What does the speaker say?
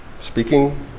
speaking